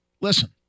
Listen